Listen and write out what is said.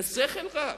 בשכל רב,